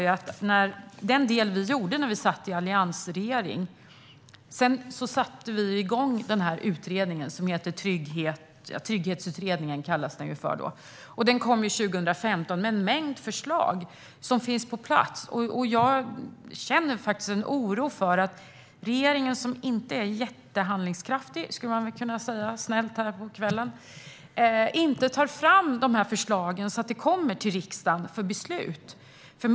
Under alliansregeringens tid tillsatte vi Trygghetsutredningen, som 2015 kom med en mängd förslag. Dessa finns på plats, och jag känner en oro över att regeringen - som inte är jättehandlingskraftig, om jag ska uttrycka mig snällt här på kvällen - inte tar fram dessa förslag så att de kommer till riksdagen för beslut.